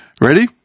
Ready